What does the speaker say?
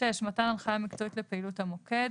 (6)מתן הנחיה מקצועית לפעילות המוקד,